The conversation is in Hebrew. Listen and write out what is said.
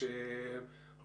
אני